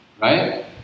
right